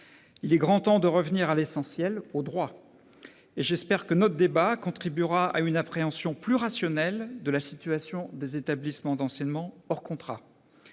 Il est grand temps de revenir à l'essentiel, au droit, et j'espère que notre débat contribuera à une appréhension plus rationnelle de la situation des établissements d'enseignement hors contrat.